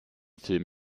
film